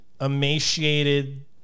emaciated